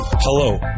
Hello